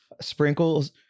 sprinkles